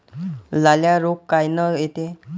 लाल्या रोग कायनं येते?